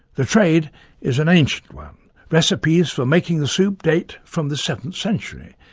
the trade is an ancient one. recipes for making the soup date from the seventh century.